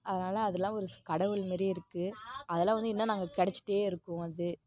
அதனால் அதெல்லாம் ஒரு ஸ் கடவுள் மாதிரி இருக்குது அதெல்லாம் வந்து இன்னும் நாங்கள் கிடைச்சிட்டே இருக்கோம் அது